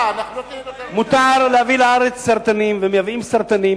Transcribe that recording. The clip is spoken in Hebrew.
מותר להביא לארץ סרטנים ומייבאים סרטנים,